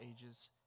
ages